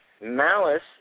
malice